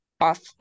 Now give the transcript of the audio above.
off